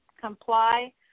comply